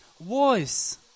voice